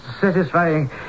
satisfying